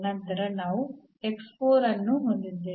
ನಂತರ ನಾವು ಅನ್ನು ಹೊಂದಿದ್ದೇವೆ